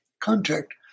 contact